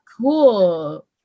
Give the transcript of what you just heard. cool